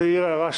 אעיר הערה,